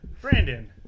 Brandon